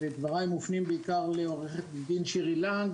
ודבריי מופנים בעיקר לעורכת הדין שירי לנג,